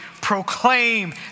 proclaim